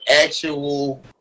actual